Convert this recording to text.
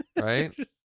right